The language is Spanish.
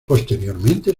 posteriormente